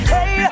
Hey